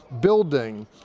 building